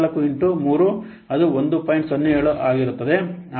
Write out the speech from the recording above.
07 ಆಗಿರುತ್ತದೆ